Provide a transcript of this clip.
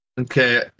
Okay